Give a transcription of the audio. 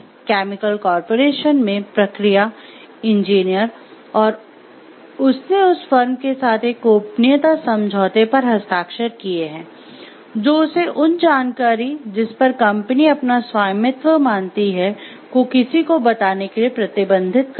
केन है और उसने उस फर्म के साथ एक गोपनीयता समझौते पर हस्ताक्षर किए हैं जो उसे उन जानकारी जिस पर कम्पनी अपना स्वामित्व मानती है को किसी को बताने के लिए प्रतिबंधित करता है